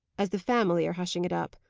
as the family are hushing it up.